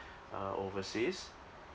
uh overseas